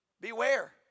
Beware